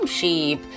Sheep